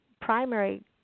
primary